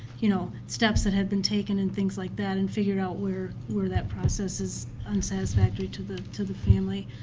you know, steps that have been taken and things like that. and figure out where where that process is unsatisfactory to the to the family.